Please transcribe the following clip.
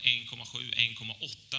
1,7-1,8